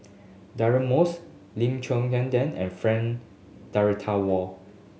Deirdre Moss Lim Quee and Frank Dorrington Ward